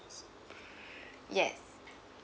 yes